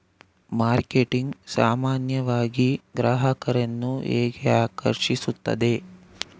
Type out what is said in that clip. Marketing ಸಾಮಾನ್ಯವಾಗಿ ಗ್ರಾಹಕರನ್ನು ಹೇಗೆ ಆಕರ್ಷಿಸುತ್ತದೆ?